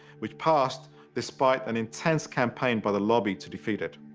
which passed despite an intense campaign by the lobby to defeat it.